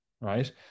right